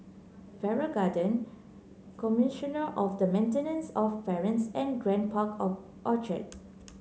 Farrer Garden Commissioner of the Maintenance of Parents and Grand Park Orchard